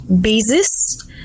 basis